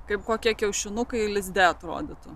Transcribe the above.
kaip kokie kiaušinukai lizde atrodytų